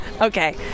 Okay